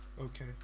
Okay